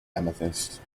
amethyst